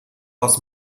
aus